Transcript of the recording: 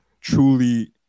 truly